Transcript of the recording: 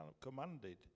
commanded